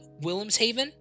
Willemshaven